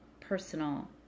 personal